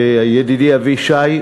ידידי אבישי,